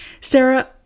Sarah